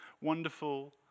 Wonderful